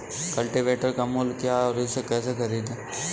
Cultivator का मूल्य क्या है और इसे कैसे खरीदें?